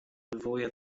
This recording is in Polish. wywołuje